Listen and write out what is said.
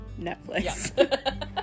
Netflix